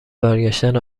برگشتن